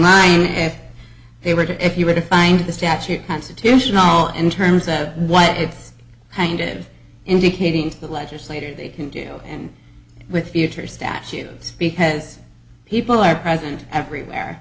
line if they were to if you were to find the statute constitutional in terms of what it's handed indicating to the legislator they can do and with future statutes because people are present everywhere